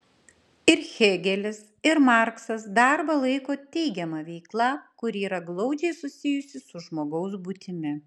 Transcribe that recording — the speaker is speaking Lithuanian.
ir hėgelis ir marksas darbą laiko teigiama veikla kuri yra glaudžiai susijusi su žmogaus būtimi